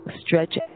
stretch